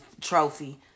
trophy